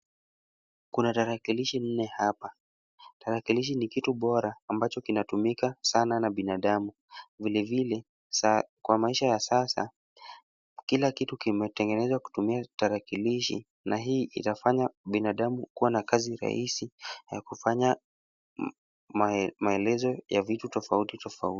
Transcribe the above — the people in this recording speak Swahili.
Kuna tarakilishi nne hapa. Tarakilishi ni kitu bora ambacho kinatumika sana na binadamu. Vilevile kwa maisha ya sasa, kila kitu kinatengezwa kutumia tarakilishi, na hii itafanya binadamu kuwa na kazi rahisi ya kufanya maelezo ya vitu tofauti tofauti.